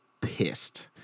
pissed